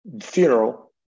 funeral